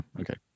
Okay